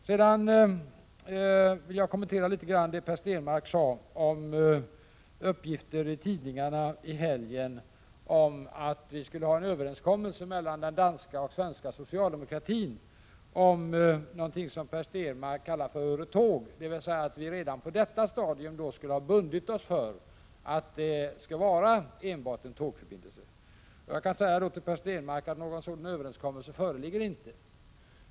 Sedan vill jag litet grand kommentera det som Per Stenmarck sade beträffande tidningsuppgifter i helgen om att det skulle finnas en överenskommelse mellan de danska och svenska socialdemokratiska partierna om någonting som Per Stenmarck kallar för Öretåg, dvs. att vi redan på detta stadium skulle ha bundit oss för enbart en tågförbindelse. Jag kan säga till Per Stenmarck: Någon sådan överenskommelse föreligger inte.